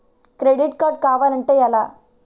Credit card కావాలి అంటే ఎలా?